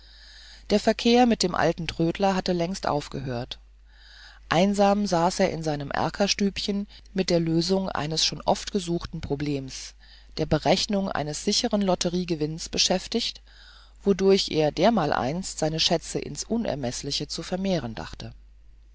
der verkehr mit dem alten trödler hatte längst aufgehört einsam saß er auf seinem erkerstübchen mit der lösung eines schon oft gesuchten problems der berechnung eines sichern lotteriegewinnes beschäftigt wodurch er dermaleinst seine schätze ins unermeßliche zu vermehren dachte